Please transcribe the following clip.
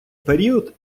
період